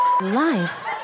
life